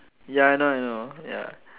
ya I know I know ya